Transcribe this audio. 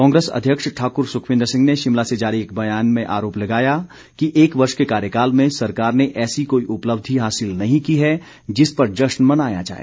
कांग्रेस अध्यक्ष ठाक्र सुखविंदर सिंह ने शिमला से जारी एक बयान में आरोप लगाया कि एक वर्ष के कार्यकाल में सरकार ने ऐसी कोई उपलब्धि हासिल नही की है जिस पर जश्न मनाया जाए